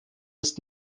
ist